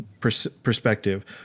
perspective